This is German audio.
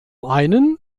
einen